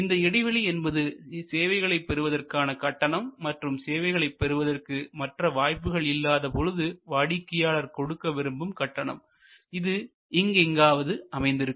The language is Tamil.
இந்த இடைவெளி என்பது சேவைகளை பெறுவதற்கான கட்டணம் மற்றும் சேவைகளைப் பெறுவதற்கு மற்ற வாய்ப்புகள் இல்லாத பொழுது வாடிக்கையாளர் கொடுக்க விரும்பும் கட்டணம் இது இங்கு எங்காவது அமைந்திருக்கும்